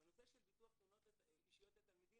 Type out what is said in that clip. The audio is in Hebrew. בנושא של ביטוח תאונות אישיות לתלמידים